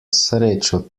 srečo